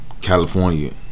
California